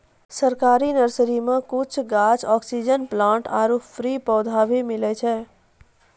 सरकारी नर्सरी मॅ कुछ गाछ, ऑक्सीजन प्लांट आरो फ्री पौधा भी मिलै छै